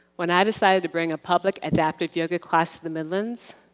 when i decided to bring a public adaptive yoga class to the midlands,